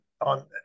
on